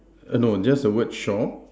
err no just the word shop